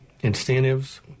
incentives